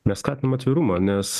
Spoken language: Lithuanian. mes skatinam atvirumą nes